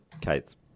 Kate's